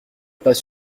pas